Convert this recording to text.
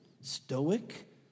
stoic